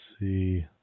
see